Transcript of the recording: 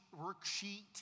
Worksheet